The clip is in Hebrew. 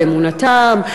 באמונתם,